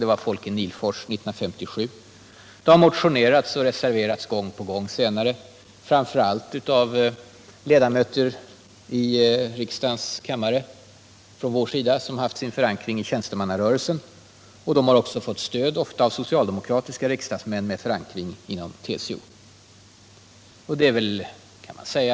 Det har motionerats och reserverats i frågan gång på gång senare, framför allt av folkpartiledamöter som haft sin förankring i tjänstemannarörelsen. De har också ibland fått stöd av socialdemokratiska riksdagsmän med förankring inom TCO.